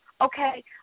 okay